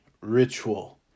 ritual